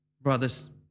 brothers